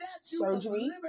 surgery